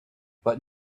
but